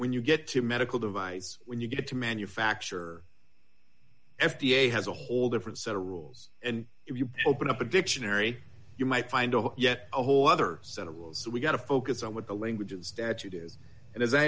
when you get to medical device when you get to manufacture f d a has a whole different set of rules and if you open up a dictionary you might find of yet a whole other set of rules that we've got to focus on what the language is statute is and as i